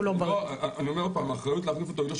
העולים היהודים, זה לא עניין אישי.